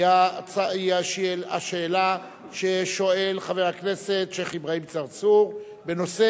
היא השאלה ששואל חבר הכנסת שיח' אברהים צרצור בנושא: